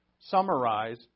summarize